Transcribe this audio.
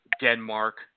Denmark